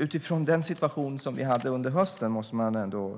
Utifrån den situation vi hade under hösten måste man ändå